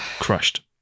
Crushed